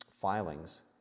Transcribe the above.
filings